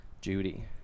Judy